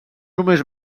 només